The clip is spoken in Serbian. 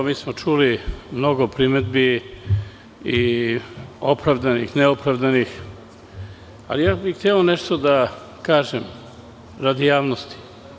Čuli smo mnogo primedbi, opravdanih i neopravdanih, ali bih hteo nešto da kažem radi javnosti.